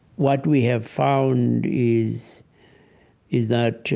what we have found is is that